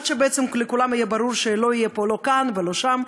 עד שבעצם לכולם יהיה ברור שלא יהיה פה לא "כאן" ולא שם,